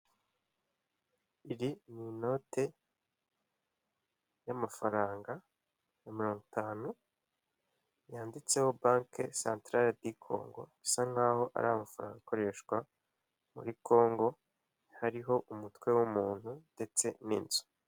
Iri ni inote y'amafaranga mirongo itanu yanditseho banke santarare di Congo, bisa nkaho ari amafaranga akoreshwa muri Congo hariho umutwe w'umuntu ndetse n'inzu.